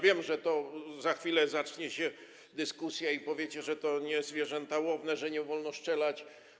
Wiem, że za chwilę zacznie się dyskusja i powiecie, że to nie są zwierzęta łowne, że nie wolno strzelać.